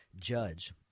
judge